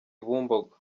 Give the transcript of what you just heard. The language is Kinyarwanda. bumbogo